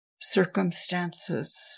circumstances